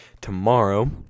Tomorrow